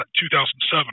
2007